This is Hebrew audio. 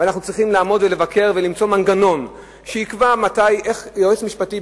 ואנחנו צריכים לעמוד ולבקר ולמצוא מנגנון שיקבע איך יועץ משפטי,